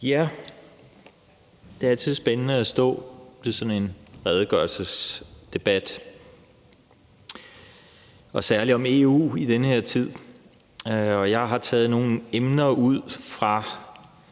(V): Det er altid spændende at stå til sådan en redegørelsesdebat og særlig om EU i den her tid. Jeg har taget nogle emner ud af